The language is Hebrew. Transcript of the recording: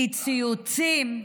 כי ציוצים,